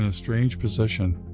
ah strange position.